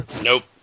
Nope